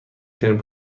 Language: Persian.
ترین